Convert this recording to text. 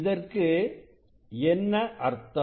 இதற்கு என்ன அர்த்தம்